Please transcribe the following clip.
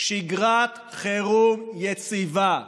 שגרת חירום יציבה.